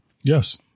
Yes